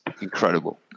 incredible